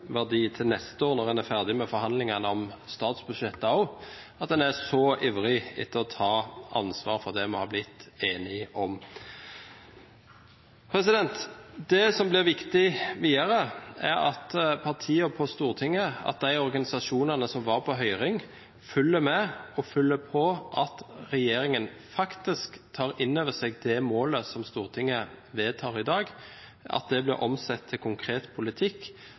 til neste år, når en er ferdig med forhandlingene om statsbudsjettet, at en er så ivrig etter å ta ansvar for det vi har blitt enige om. Det som blir viktig videre, er at partiene på Stortinget og de organisasjonene som var på høring, følger med – følger med på at regjeringen faktisk tar inn over seg det målet som Stortinget vedtar i dag, at det blir omsatt til konkret politikk